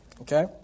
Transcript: Okay